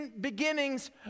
beginnings